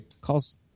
Calls